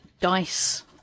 dice